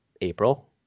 April